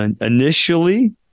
Initially